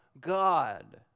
God